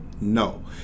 no